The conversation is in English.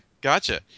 Gotcha